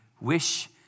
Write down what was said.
wish